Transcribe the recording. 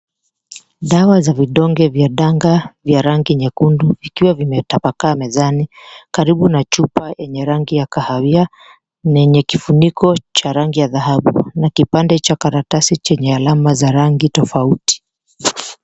Dawa za vidonge vya danga, vya rangi nyekundu. Vikiwa vimetapakaa mezani, karibu na chupa yenye rangi ya kahawia na yenye kifuniko cha rangi ya dhahabu. Na kipande cha karatasi chenye alama za rangi tofauti.